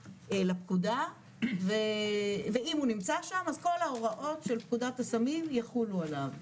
לפקודה ואם הוא נמצא שם אז כל ההוראות של פקודת הסמים יחולו עליו,